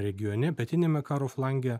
regione pietiniame karo flange